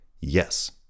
Yes